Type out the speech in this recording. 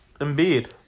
Embiid